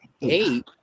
eight